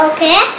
Okay